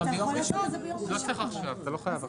אז ביום ראשון, אתה לא חייב עכשיו.